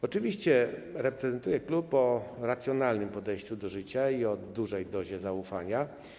Oczywiście reprezentuję klub o racjonalnym podejściu do życia i o dużej dozie zaufania.